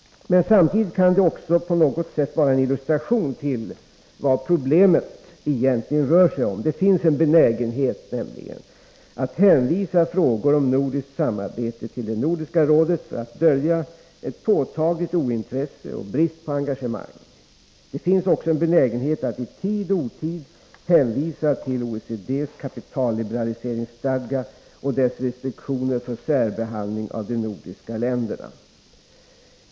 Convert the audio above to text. Samtidigt kan det också på något sätt vara en illustration till vad problemet egentligen rör sig om. Det finns nämligen en benägenhet att hänvisa frågor om nordiskt samarbete till Nordiska rådet för att dölja ett påtagligt ointresse och brist på engagemang. Det finns också en benägenhet att i tid och otid hänvisa till OECD:s kapitalliberaliseringsstadga och dess restriktioner för särbehandling av de nordiska länderna.